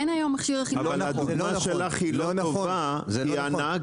אין היום מכשיר אכיפה --- הדוגמה שלך לא טובה כי הנהג